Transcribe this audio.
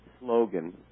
slogan